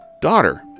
daughter